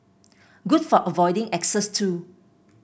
good for avoiding exes too